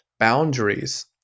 Boundaries